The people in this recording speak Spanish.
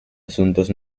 asuntos